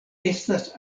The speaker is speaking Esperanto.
estas